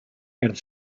ger